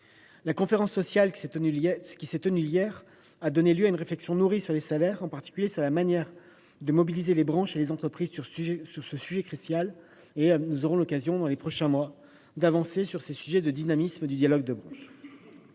La conférence sociale qui s’est tenue hier a donné lieu à une réflexion nourrie sur les salaires, en particulier sur la manière de mobiliser les branches et les entreprises sur ce sujet crucial. Nous aurons l’occasion dans les prochains mois d’avancer sur la question du dynamisme du dialogue de branche.